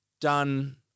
done